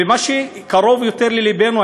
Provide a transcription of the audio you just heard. במה שקרוב יותר ללבנו,